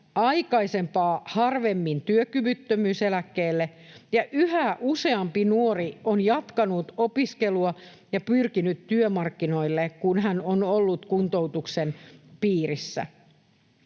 aikaisempaa harvemmin työkyvyttömyyseläkkeelle ja yhä useampi nuori on jatkanut opiskelua ja pyrkinyt työmarkkinoille, kun hän on ollut kuntoutuksen piirissä.